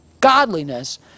godliness